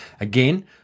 again